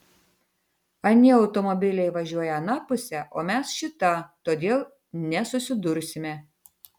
anie automobiliai važiuoja ana puse o mes šita todėl nesusidursime